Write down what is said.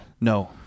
no